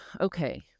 okay